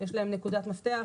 יש להן נקודת מפתח,